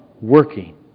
working